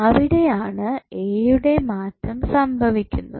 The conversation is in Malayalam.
അവിടെ ആണ് Δ യുടെ മാറ്റം സംഭവിക്കുന്നതു